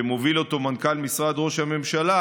שמוביל אותו מנכ"ל משרד ראש הממשלה,